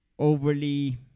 overly